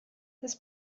this